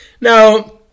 Now